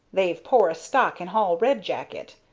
they've poorest stock in hall red jacket.